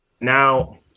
now